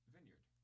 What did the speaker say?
Vineyard